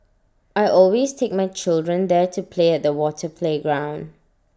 I always take my children there to play at the water playground